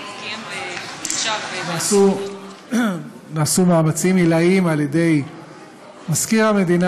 נעשו מאמצים עילאיים על-ידי מזכיר המדינה